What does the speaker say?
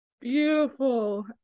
Beautiful